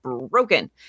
broken